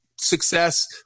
success